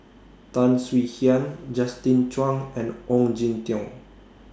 Tan Swie Hian Justin Zhuang and Ong Jin Teong